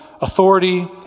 authority